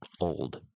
old